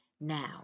Now